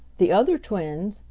the other twins,